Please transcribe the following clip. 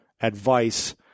advice